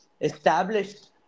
established